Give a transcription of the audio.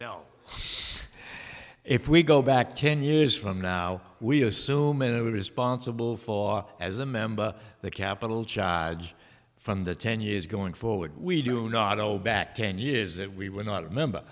now if we go back ten years from now we assume it would responsible for as a member of the capital charge from the ten years going forward we do not owe back ten years that we were not a member